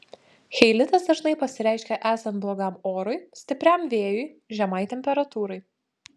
cheilitas dažnai pasireiškia esant blogam orui stipriam vėjui žemai temperatūrai